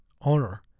honor